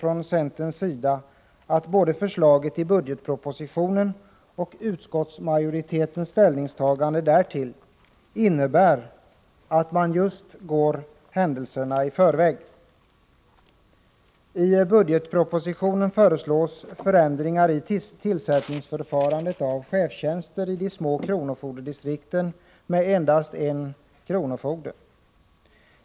Från centerns sida menar vi att både förslaget i budgetpropositionen och utskottsmajoritetens ställningstagande till detta innebär att man på den punkten går händelserna i förväg. I budgetpropositionen föreslås förändringar i förfarandet vid tillsättning av chefstjänster i de små kronofogdedistrikten med endast en kronofogde.